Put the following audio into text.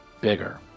bigger